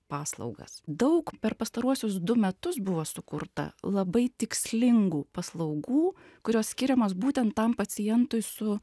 paslaugas daug per pastaruosius du metus buvo sukurta labai tikslingų paslaugų kurios skiriamos būtent tam pacientui su